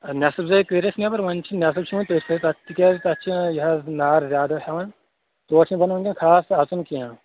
نیٚصف زٔے کٔر اَسہِ نیٚبر وۅنۍ چھِ نیٚصف چھِ وُنہِ تتھۍ پٮ۪ٹھ تِکیٛازِ تَتھ چھُ یہِ حظ نار زیادٕ ہیٚوان تور چھُنہٕ بَنان مےٚ خاص اَژُن کیٚنٛہہ